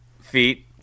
Feet